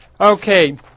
Okay